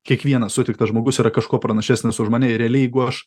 kiekvienas sutiktas žmogus yra kažkuo pranašesnis už mane ir realiai jeigu aš